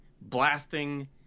blasting